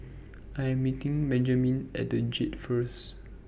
I Am meeting Benjamen At The Jade First